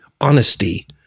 honesty